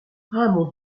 mon